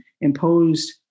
imposed